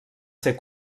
ser